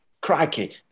crikey